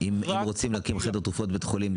ואם רוצים להקים חדר תרופות בבית חולים,